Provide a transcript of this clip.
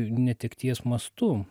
netekties mastu